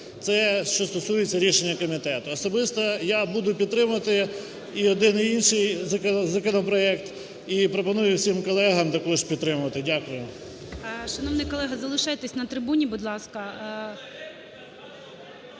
Це, що стосується рішення комітету. Особисто я буду підтримувати і один, і інший законопроект і пропоную всім колегам також підтримати. Дякую. ГОЛОВУЮЧИЙ. Шановний колего, залишайтесь на трибуні, будь ласка.